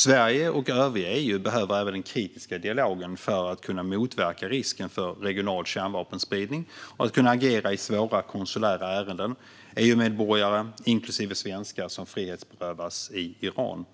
Sverige och övriga EU behöver även den kritiska dialogen för att kunna motverka risken för regional kärnvapenspridning och för att kunna agera i svåra konsulära ärenden som EU-medborgare, inklusive svenskar, som frihetsberövas i Iran.